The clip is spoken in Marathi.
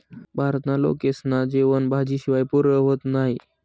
भारतना लोकेस्ना जेवन भाजी शिवाय पुरं व्हतं नही